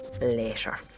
later